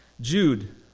Jude